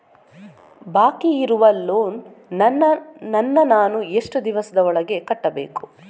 ಬಾಕಿ ಇರುವ ಲೋನ್ ನನ್ನ ನಾನು ಎಷ್ಟು ದಿವಸದ ಒಳಗೆ ಕಟ್ಟಬೇಕು?